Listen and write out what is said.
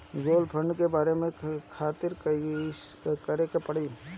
Gold bond भरे खातिर का करेके पड़ेला?